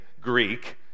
Greek